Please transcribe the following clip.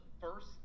first